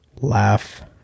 Laugh